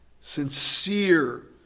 sincere